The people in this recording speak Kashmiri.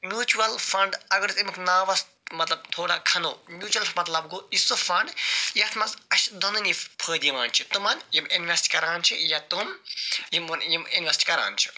میوٗچول فنٛڈ اگر أسۍ اَمیُک ناوس مطلب تھوڑا کھَنو میوٗچول مطلب گوٚو یہِ چھُ سُہ فنٛڈ یَتھ منٛز اَسہِ دۄنؤنی فٲیدٕ یِوان چھُ تِمن یِم اِنوٮ۪سٹ کَران چھِ یا تِم یِمن یِم اِنوٮ۪سٹ کَران چھِ